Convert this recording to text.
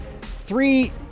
Three